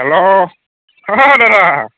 hello ও দাদা